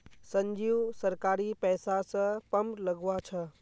संजीव सरकारी पैसा स पंप लगवा छ